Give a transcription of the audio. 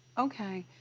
okay,